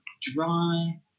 dry